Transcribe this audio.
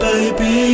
Baby